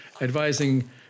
advising